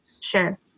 Sure